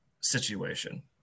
situation